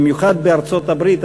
במיוחד בארצות-הברית,